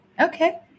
Okay